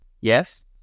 Yes